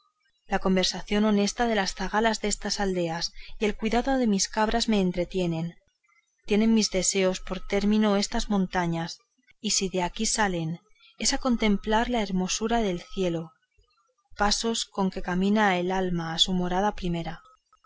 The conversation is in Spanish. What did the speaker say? la conversación honesta de las zagalas destas aldeas y el cuidado de mis cabras me entretiene tienen mis deseos por término estas montañas y si de aquí salen es a contemplar la hermosura del cielo pasos con que camina el alma a su morada primera